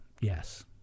Yes